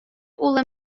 улы